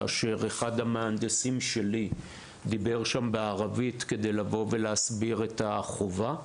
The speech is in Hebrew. כאשר אחד המהנדסים שלי דיבר שם בערבית כדי לבוא ולהסביר את החובה,